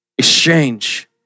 exchange